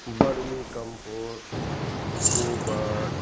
बरनी कम्पोस्ट गोबर